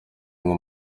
ngo